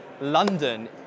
London